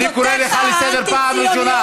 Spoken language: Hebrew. אני קורא אותך לסדר פעם ראשונה,